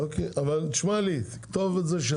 אוקיי, אבל שמע לי, כתוב את זה.